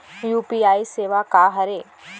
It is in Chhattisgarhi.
यू.पी.आई सेवा का हरे?